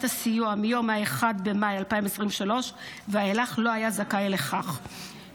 הסיוע מיום 1 במאי 2023 ואילך לא היה זכאי לכך,